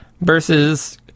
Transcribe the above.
Versus